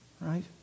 Right